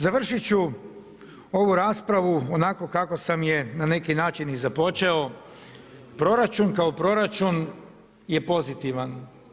Završit ću ovu raspravu onako kako sam je na neki način i započeo, proračun kao proračun je pozitivan.